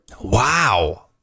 Wow